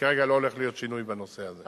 שכרגע לא הולך להיות שינוי בנושא הזה.